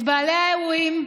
את בעלי האירועים.